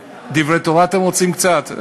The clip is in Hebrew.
דברי תורה אתם רוצים קצת?